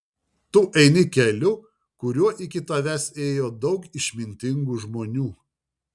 tu eini keliu kuriuo iki tavęs ėjo daug išmintingų žmonių